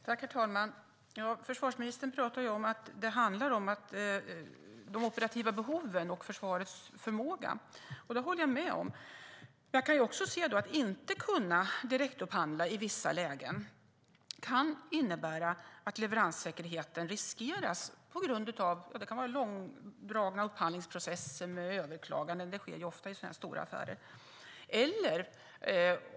Herr talman! Försvarsministern säger att det handlar om de operativa behoven och försvarets förmåga, och det håller jag med om. Att inte ha möjlighet att direktupphandla i vissa lägen kan innebära att leveranssäkerheten riskeras på grund av långdragna upphandlingsprocesser med överklaganden - det sker ju ofta överklaganden i så här stora affärer.